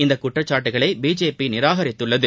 இந்த குற்றச்சாட்டுகளை பிஜேபி நிராகரித்துள்ளது